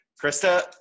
Krista